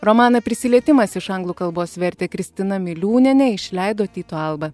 romaną prisilietimas iš anglų kalbos vertė kristina miliūnienė išleido tyto alba